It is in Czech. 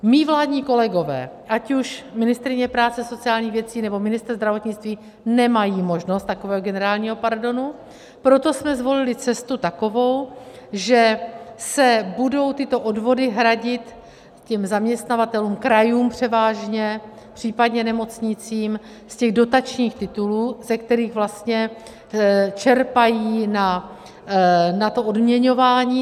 Mí vládní kolegové, ať už ministryně práce a sociálních věcí, nebo ministr zdravotnictví nemají možnost takového generálního pardonu, proto jsme zvolili takovou cestu, že se budou tyto odvody hradit těm zaměstnavatelům, krajům převážně, případně nemocnicím, z dotačních titulů, ze kterých čerpají na to odměňování.